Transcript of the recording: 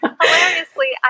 Hilariously